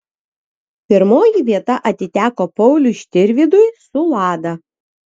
pirmoji vieta atiteko pauliui štirvydui su lada